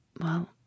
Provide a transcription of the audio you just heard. Well